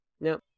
Now